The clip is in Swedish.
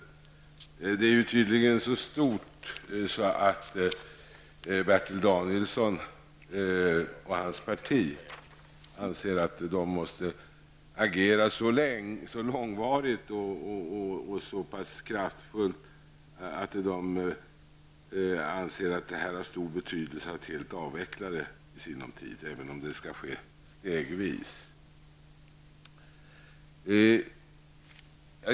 Tydligen är det så stort att Bertil Danielsson och hans parti anser att de måste agera under lång tid och mycket kraftfullt för att helt avveckla det, även om det skall ske stegvis.